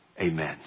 Amen